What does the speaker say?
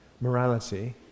morality